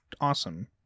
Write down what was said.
awesome